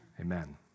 Amen